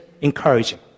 encouraging